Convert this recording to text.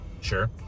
Sure